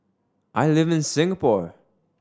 I live in Singapore